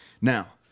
Now